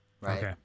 right